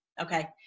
okay